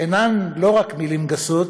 אינן מילים גסות.